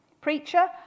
Preacher